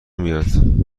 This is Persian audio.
میاد